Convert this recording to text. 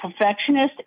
perfectionist